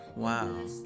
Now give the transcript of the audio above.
Wow